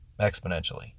exponentially